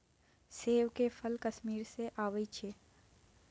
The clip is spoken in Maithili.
सेब के फल कश्मीर सँ अबई छै